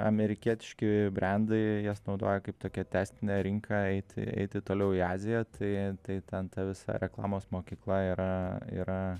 amerikietiški brendai jas naudoja kaip tokią tęstinę rinką eiti eiti toliau į aziją tai tai ten ta visa reklamos mokykla yra yra